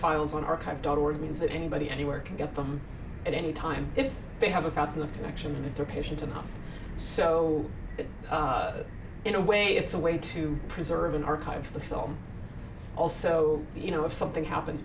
files on archive dot org means that anybody anywhere can get them at any time if they have across the connection if they're patient enough so in a way it's a way to preserve an archive for the film also you know if something happens